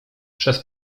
przez